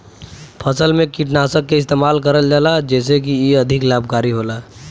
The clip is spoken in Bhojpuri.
फसल में कीटनाशक के इस्तेमाल करल जाला जेसे की इ अधिक लाभकारी होला